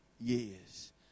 years